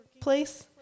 place